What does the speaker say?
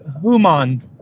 Human